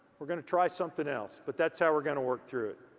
we're gonna try something else. but that's how we're gonna work through it.